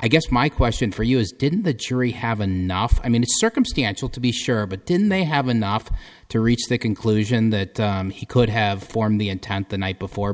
i guess my question for you is didn't the jury have a knopf i mean it's circumstantial to be sure but then they have enough to reach the conclusion that he could have formed the intent the night before